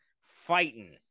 fighting